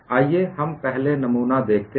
आइए हम पहले नमूना देखते हैं